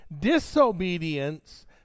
disobedience